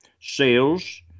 sales